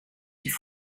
die